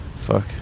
fuck